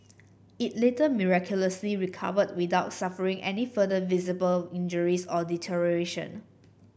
it later miraculously recovered without suffering any further visible injuries or deterioration